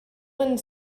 one